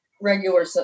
regular